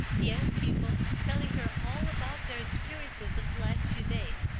the young people telling her all about their experiences of the last few days,